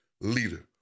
leader